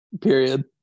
Period